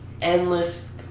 endless